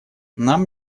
нам